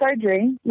surgery